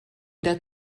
der